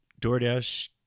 doordash